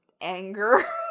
anger